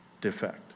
defect